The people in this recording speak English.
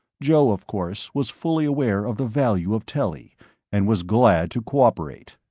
joe, of course, was fully aware of the value of telly and was glad to co-operate.